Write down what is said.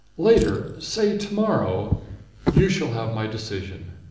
later say to-morrow you shall have my decision.